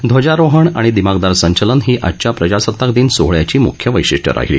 ध्वजारोहण आणि दिमाखदार संचलन ही आजच्या प्रजासत्ताक दिन सोहळ्याची मुख्य वशिष्ट राहीली